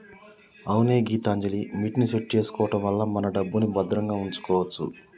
అవునే గీతాంజలిమిట్ ని సెట్ చేసుకోవడం వల్ల మన డబ్బుని భద్రంగా ఉంచుకోవచ్చు